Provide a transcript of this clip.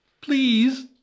please